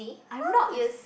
I'm not